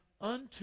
unto